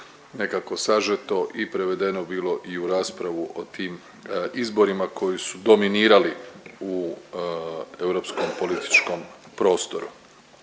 nekako sažeto i prevedeno bilo i u raspravu o tim izborima koji su dominirali u europskom političkom prostoru.